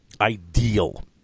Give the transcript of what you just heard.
ideal